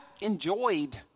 enjoyed